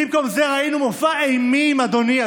במקום זה ראיתי מופע אימים, אדוני.